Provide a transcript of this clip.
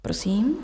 Prosím.